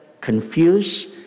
confused